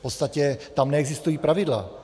V podstatě tam neexistují pravidla.